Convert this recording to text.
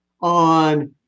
on